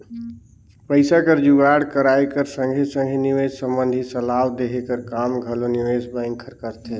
पइसा कर जुगाड़ कराए कर संघे संघे निवेस संबंधी सलाव देहे कर काम घलो निवेस बेंक हर करथे